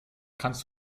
kannst